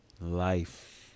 Life